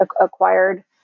acquired